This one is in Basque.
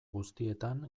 guztietan